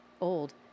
old